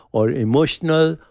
or emotional,